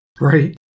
Right